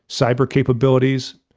cyber capabilities,